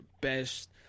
best